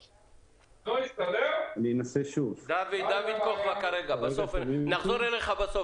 טוב, אדוני היושב-ראש, בוקר טוב לכל הנכבדים.